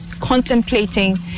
contemplating